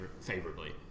favorably